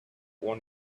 own